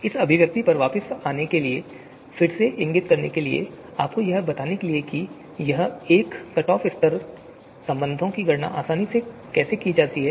इस अभिव्यक्ति पर वापस आने के लिए फिर से इंगित करने के लिए आपको यह बताने के लिए कि यह 1 कट ऑफ स्तर संबंधों की गणना की आसानी को कैसे निर्धारित कर रहा है